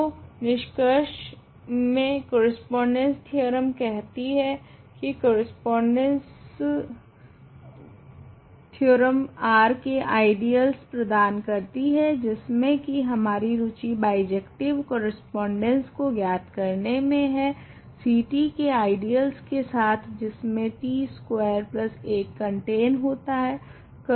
तो निष्कर्ष मे करस्पोंडेंस थेओरेम कहता है की करस्पोंडेंस थेओरेम R के आइडियलस प्रदान करती है जिसमे की हमारी रुचि बाइजेक्टिव करस्पोंडेंस को ज्ञात करने मे है Ct के आइडियलस के साथ जिसमे t स्कवेर 1 कंटेन होता है